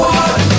one